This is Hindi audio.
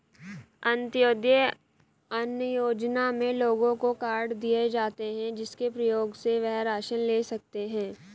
अंत्योदय अन्न योजना में लोगों को कार्ड दिए जाता है, जिसके प्रयोग से वह राशन ले सकते है